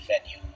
venue